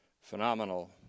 phenomenal